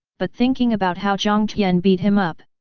but thinking about how jiang tian beat him up,